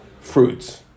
Fruits